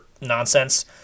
nonsense